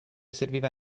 serviva